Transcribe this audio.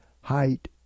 height